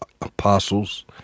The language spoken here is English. apostles